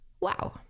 Wow